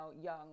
young